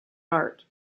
art